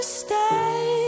stay